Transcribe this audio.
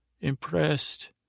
Impressed